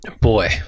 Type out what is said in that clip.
Boy